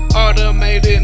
automated